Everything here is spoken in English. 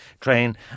train